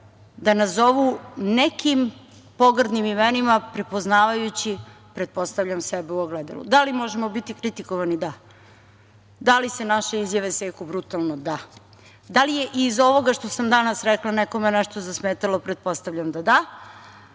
da nazovu nekim pogrdnim imenima, prepoznavajući pretpostavljam sebe u ogledalu. Da li možemo biti kritikovani? Da. Da li se naše izjave seku brutalno? Da. Da li je iz ovoga što sam danas rekla nekome nešto zasmetalo? Pretpostavljam da da.